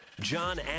John